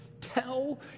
Tell